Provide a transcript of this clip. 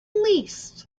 least